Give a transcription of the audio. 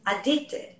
addicted